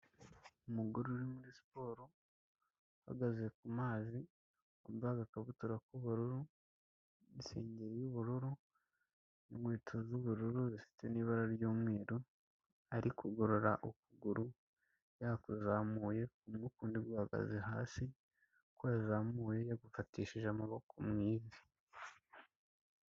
Umugore uri muri siporo uhagaze ku mazi, wambaye agakabutura k'ubururu, insengeri y'ubururu, inkweto z'ubururu zifite n'ibara ry'umweru, ari kugorora ukuguru yakuzamuye n'ukundi guhahagaze hasi, uko yazamuye yagufatishije amaboko mu ivi.